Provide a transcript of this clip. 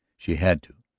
she had to.